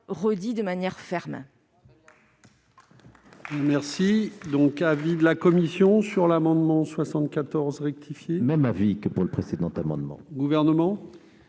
répété de manière ferme.